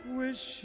wish